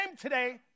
today